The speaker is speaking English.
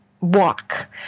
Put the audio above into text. walk